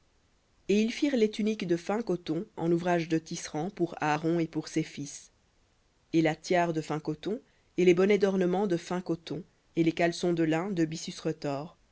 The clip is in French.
et ils firent les tuniques de fin coton en ouvrage de tisserand pour aaron et pour ses fils et la tiare de fin coton et les bonnets d'ornement de fin coton et les caleçons de lin de byssus retors